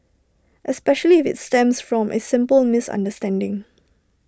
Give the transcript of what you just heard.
especially if IT stems from A simple misunderstanding